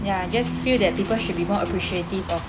ya I just feel that people should be more appreciative of